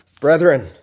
brethren